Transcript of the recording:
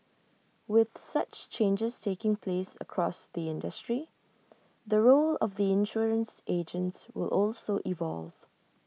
with such changes taking place across the industry the role of the insurance agents will also evolve